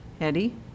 eddie